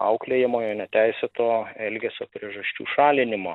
auklėjamojo neteisėto elgesio priežasčių šalinimo